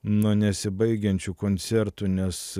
nuo nesibaigiančių koncertų nes